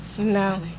No